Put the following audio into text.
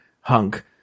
hunk